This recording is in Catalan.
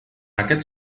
aquest